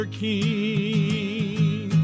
king